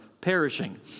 perishing